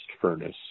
furnace